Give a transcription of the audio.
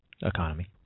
Economy